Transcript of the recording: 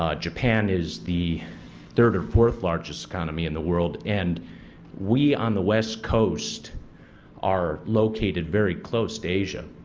um japan is the third or fourth largest economy in the world and we on the west coast are located very close to asia.